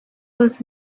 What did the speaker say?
was